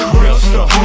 Crystal